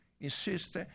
insist